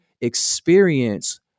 experience